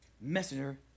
messenger